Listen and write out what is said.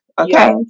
okay